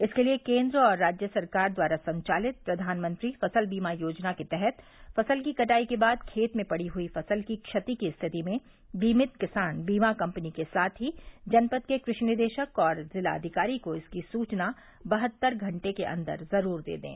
इसके लिये केन्द्र और राज्य सरकार द्वारा संचालित प्रधानमंत्री फसल बीमा योजना के तहत फसल की कटाई के बाद खेत में पड़ी हुई फसल की क्षति की स्थिति में बीमित किसान बीमा कम्पनी के साथ ही जनपद के कृषि निदेशक और जिलाधिकारी को इसकी सूचना बहत्तर घटे के अन्दर जरूर दे दें